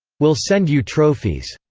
will send you trophies.